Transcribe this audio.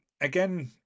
again